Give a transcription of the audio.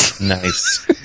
Nice